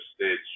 stage